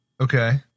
Okay